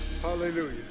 Hallelujah